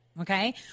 okay